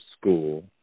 school